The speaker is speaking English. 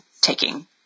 taking